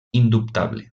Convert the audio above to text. indubtable